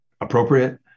appropriate